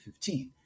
2015